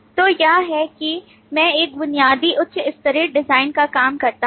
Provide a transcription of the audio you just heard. तो यह है कि मैं एक बुनियादी उच्च स्तरीय डिजाइन का काम करता हूं